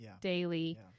daily